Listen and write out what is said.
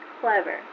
Clever